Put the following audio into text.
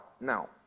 now